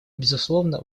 безусловно